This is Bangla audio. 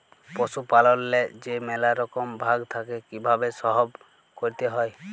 পশুপাললেল্লে যে ম্যালা রকম ভাগ থ্যাকে কিভাবে সহব ক্যরতে হয়